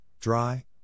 dry